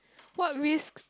what risks